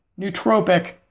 nootropic